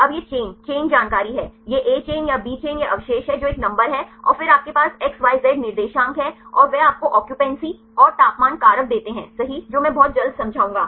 अब यह chain chain जानकारी है यह ए चेन या बी चेन यह अवशेष है जो एक नंबर है और फिर आपके पास XYZ निर्देशांक हैं और वे आपको ऑक्यूपेंसी और तापमान कारक देते हैं सही जो मैं बहुत जल्द समझाऊंगा